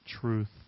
Truth